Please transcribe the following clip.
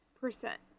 percent